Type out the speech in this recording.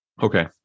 Okay